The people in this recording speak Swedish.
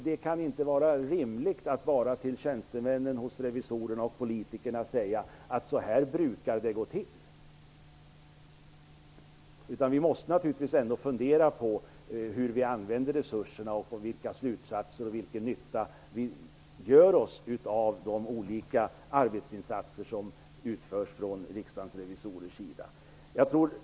Det kan inte vara rimligt att då till tjänstemännen hos revisorerna och politikerna säga: Så här brukar det gå till. Vi måste naturligtvis ändå fundera på hur vi använder resurserna och vilken nytta vi gör oss av de olika arbetsinsatser som görs från Riksdagens revisorers sida.